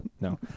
No